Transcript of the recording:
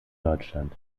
deutschland